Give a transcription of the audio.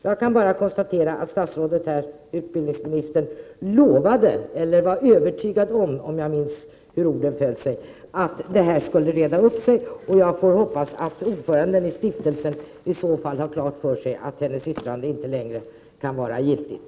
Jag kan bara konstatera att utbildningsministern lovade, eller var övertygad om, om jag minns hur orden föll, att detta skulle reda upp sig. Jag får hoppas att ordföranden i stiftelsen i så fall har klart för sig att hennes yttrande inte längre kan vara giltigt.